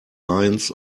lions